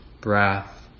breath